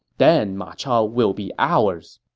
then ma chao will be ours.